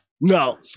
No